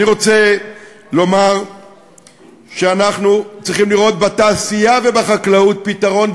אני רוצה לומר שאנחנו צריכים לראות בתעשייה ובחקלאות פתרון,